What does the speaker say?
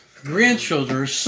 grandchildren